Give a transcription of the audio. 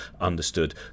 understood